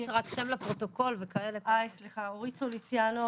אורית סוליציאנו,